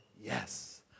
yes